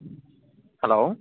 hello